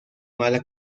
mala